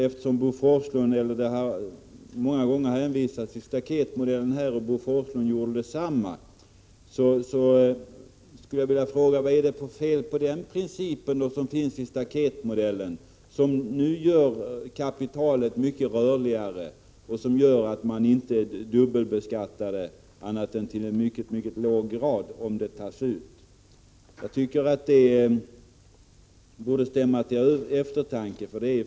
Eftersom Bo Forslund många gånger hänvisade till staketmodellen, skulle jag vilja fråga vad det är för fel med principen i staketmodellen. Denna gör kapitalet mycket rörligare och betyder att man inte dubbelbeskattar annat än i mycket låg grad. Jag tycker att detta borde stämma till eftertanke.